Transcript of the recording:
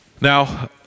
Now